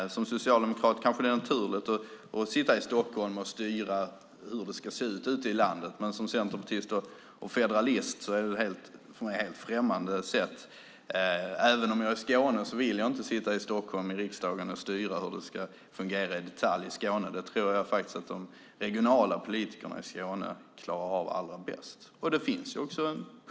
För en socialdemokrat kanske det är naturligt att sitta i Stockholm och styra hur det ska se ut ute i landet, men för en centerpartist och federalist är det ett främmande sätt. Även om jag är skåning vill jag inte sitta i riksdagen i Stockholm och i detalj styra hur det ska fungera i Skåne. Det tror jag faktiskt att de regionala politikerna i Skåne klarar bäst.